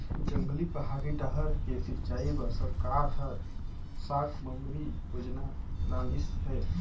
जंगली, पहाड़ी डाहर के सिंचई बर सरकार हर साकम्बरी योजना लानिस हे